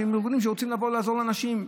שהם ארגונים שרוצים לעזור לנשים,